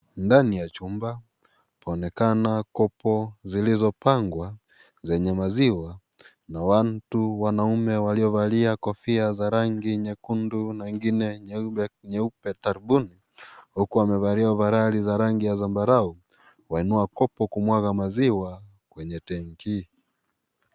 Ndani ya chumba paonekana kopo zilizopangwa zenye maziwa na watu wanaume waliovalia kofia za rangi nyekundu na ingine nyeupe tarumbui huku wamevalia ovaroli za rangi ya zabarau wainua kopo kumwaga maziwa kwenye tanki.